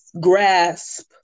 grasp